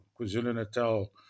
KwaZulu-Natal